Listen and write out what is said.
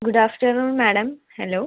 good afternoon madam hello